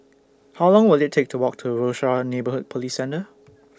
How Long Will IT Take to Walk to Rochor Neighborhood Police Centre